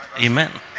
Amen